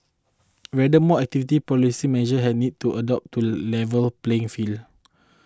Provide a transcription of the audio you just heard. rather more activity policy measures had need to adopted to level playing field